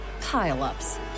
pile-ups